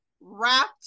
wrapped